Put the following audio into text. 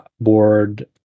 board